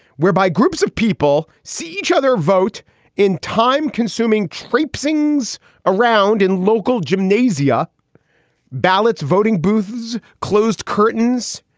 whereby groups of people see each other vote in time consuming tracings around in local gymnasia ballots, voting booths, closed curtains.